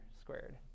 squared